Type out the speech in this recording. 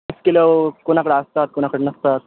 हॉस्टेलावर कोणाकडं असतात कोणाकडे नसतात